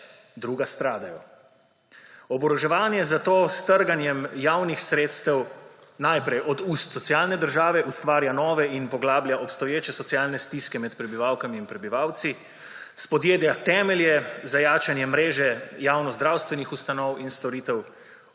druga stradajo. Oboroževanje zato s trganjem javnih sredstev najprej od ust socialne države ustvarja nove in poglablja obstoječe socialne stiske med prebivalkami in prebivalci, spodjeda temelje za jačanje mreže javnozdravstvenih ustanov in storitev,